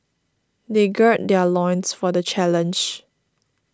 they gird their loins for the challenge